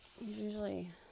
usually